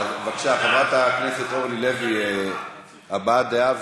בבקשה, חברת הכנסת אורלי לוי, הבעת דעה.